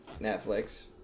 Netflix